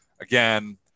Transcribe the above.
again